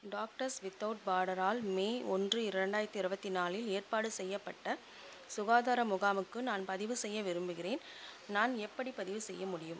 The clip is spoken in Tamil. டாக்டர்ஸ் வித் அவுட் பாடரால் மே ஒன்று இரண்டாயிரத்து இருபத்து நான்கில் ஏற்பாடு செய்யப்பட்ட சுகாதார முகாமுக்கு நான் பதிவு செய்ய விரும்புகிறேன் நான் எப்படி பதிவு செய்ய முடியும்